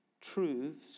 truths